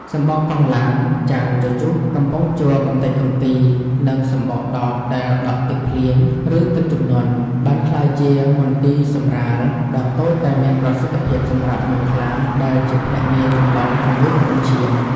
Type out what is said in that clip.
សំបកកង់ឡាន ចានជជុះ កំប៉ុងជ័រកម្ទេចកម្ទី និងសំបកដបដែលដក់ទឹកភ្លៀង ឬទឹកជំនន់ បានក្លាយជា មន្ទីរសម្រាល ដ៏តូចតែមានប្រសិទ្ធភាពសម្រាប់មូសខ្លា ដែលជាភ្នាក់ងារចម្លងជំងឺគ្រុនឈាម។